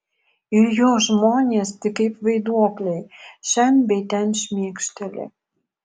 ir jo žmonės tik kaip vaiduokliai šen bei ten šmėkšteli